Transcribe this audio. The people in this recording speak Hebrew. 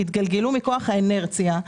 התגלגלו מכוח האינרציה,